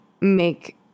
make